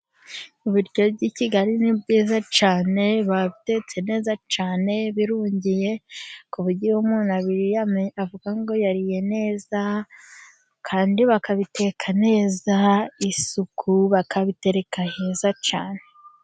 Ibiryo by'i Kigali ni byiza cyane, biba bitetse neza cyane, birungiye ku buryo iyo umuntu abiriye avuga ko yariye neza, kandi bakabiteka neza, isuku, bakabitereka heza. cane